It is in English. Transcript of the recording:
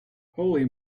holy